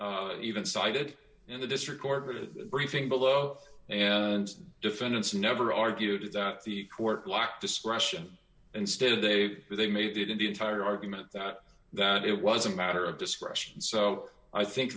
even cited in the district court for the briefing below and defendants never argued that the court blocked discretion instead they they made it in the entire argument that that it was a matter of discretion so i think